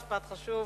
משפט חשוב.